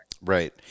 Right